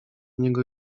niego